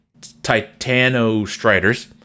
Titanostriders